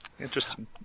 interesting